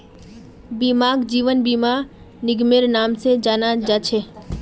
बीमाक जीवन बीमा निगमेर नाम से जाना जा छे